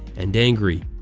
and angry.